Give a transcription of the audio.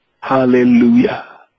Hallelujah